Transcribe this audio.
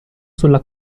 sulla